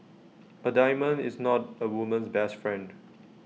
A diamond is not A woman's best friend